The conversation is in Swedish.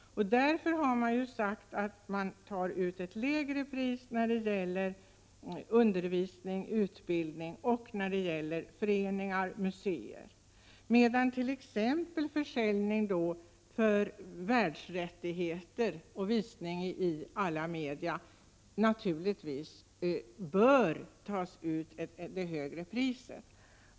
Därför tar man ut ett lägre pris när det gäller undervisning, utbildning, föreningar och museer, medan man naturligtvis vid försäljning av världsrättigheter och visning i alla media bör ta ut ett högre pris.